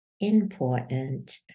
important